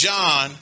John